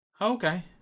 Okay